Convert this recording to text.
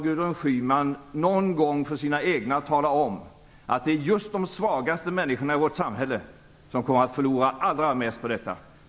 Gudrun Schyman bör någon gång för sina egna tala om att det är just de svagaste människorna i vårt samhälle som kommer att förlora allra mest på detta.